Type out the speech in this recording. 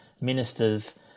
ministers